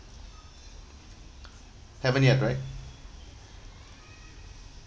haven't yet right